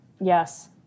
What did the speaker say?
Yes